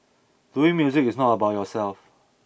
doing music is not about yourself